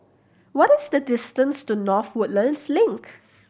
what is the distance to North Woodlands Link